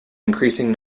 increasing